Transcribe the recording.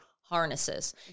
harnesses